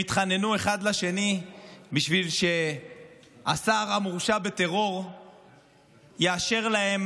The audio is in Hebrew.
התחננו אחד לשני בשביל שהשר המורשע בטרור יאשר להם